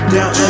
Down